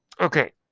Okay